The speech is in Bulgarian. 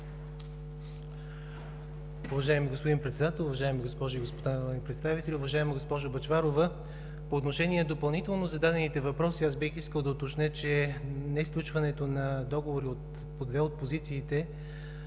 Уважаеми господин Председател, уважаеми госпожи и господа народни представители, уважаема госпожо Бъчварова! По отношение допълнително зададените въпроси, аз бих искал да уточня, че несключването на договори по две от позициите,